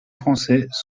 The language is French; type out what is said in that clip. français